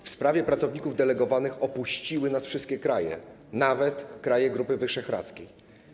W sprawie pracowników delegowanych opuściły nas wszystkie kraje, nawet kraje Grupy Wyszehradzkiej.